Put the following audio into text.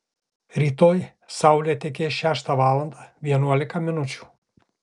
rytoj saulė tekės šeštą valandą vienuolika minučių